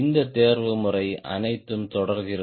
இந்த தேர்வுமுறை அனைத்தும் தொடர்கிறது